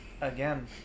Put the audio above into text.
Again